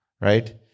right